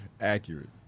accurate